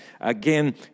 again